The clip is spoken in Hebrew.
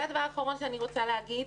הדבר האחרון שאני רוצה לומר.